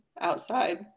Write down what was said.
outside